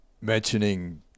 mentioning